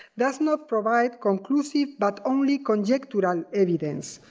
does not provide conclusive but only conjectural evidence,